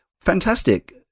fantastic